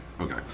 Okay